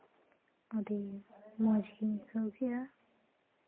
ᱟᱹᱰᱤ ᱢᱚᱡᱽ ᱜᱮᱧ ᱟᱹᱭᱠᱟᱹᱣ ᱠᱮᱜᱼᱟ